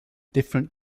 different